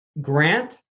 grant